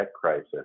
Crisis